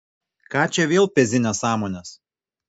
ką čia vėl pezi nesąmones